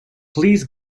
please